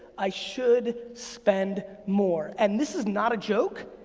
i should spend more, and this is not a joke.